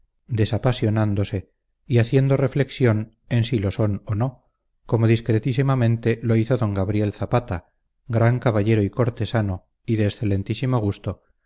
posible desapasionándose y haciendo reflexión en si lo son o no como discretísimamente lo hizo don gabriel zapata gran caballero y cortesano y de excelentísimo gusto